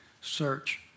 search